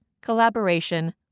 collaboration